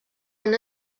han